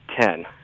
ten